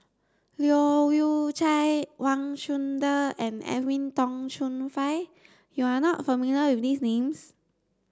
Leu Yew Chye Wang Chunde and Edwin Tong Chun Fai you are not familiar with these names